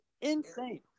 insane